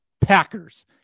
Packers